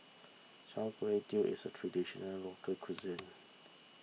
Char Kway Teow is a Traditional Local Cuisine